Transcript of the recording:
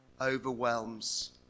overwhelms